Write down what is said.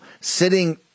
sitting –